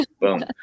Boom